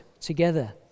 together